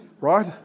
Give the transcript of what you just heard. Right